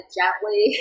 gently